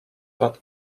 that